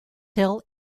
hill